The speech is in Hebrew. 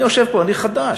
אני יושב פה, אני חדש.